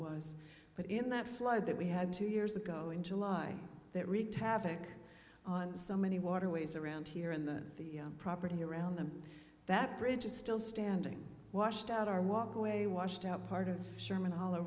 was but in that flood that we had two years ago in july that wreaked havoc on so many waterways around here in the the property around them that bridge is still standing washed out our walkway washed out part of sherman hollow